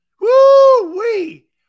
Woo-wee